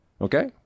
okay